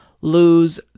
lose